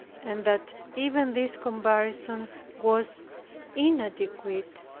and that even this comparison was inadequate,